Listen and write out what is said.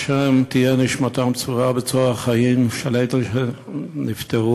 תהיה נשמתם צרורה בצרור החיים, של אלה שנפטרו,